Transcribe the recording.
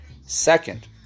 Second